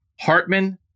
Hartman